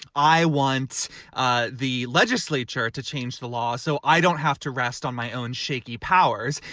i want ah the legislature to change the law. so i don't have to rest on my own shaky powers.